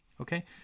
Okay